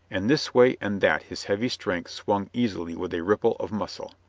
and this way and that his heavy strength swung easily with a ripple of muscle.